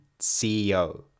CEO